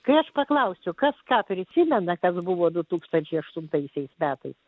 kai aš paklausiu kas ką prisimena kas buvo du tūkstančiai aštuntaisiais metais